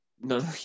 No